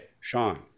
Sean